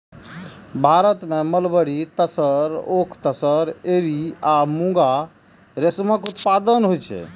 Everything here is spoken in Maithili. भारत मे मलबरी, तसर, ओक तसर, एरी आ मूंगा रेशमक उत्पादन होइ छै